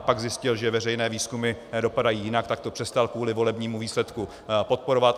Pak zjistil, že veřejné výzkumy dopadají jinak, tak to přestal kvůli volebnímu výsledku podporovat.